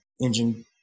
engine